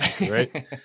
right